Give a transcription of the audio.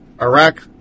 Iraq